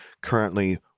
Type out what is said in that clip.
currently